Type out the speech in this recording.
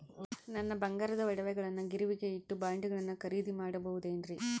ನನ್ನ ಬಂಗಾರದ ಒಡವೆಗಳನ್ನ ಗಿರಿವಿಗೆ ಇಟ್ಟು ಬಾಂಡುಗಳನ್ನ ಖರೇದಿ ಮಾಡಬಹುದೇನ್ರಿ?